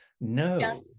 No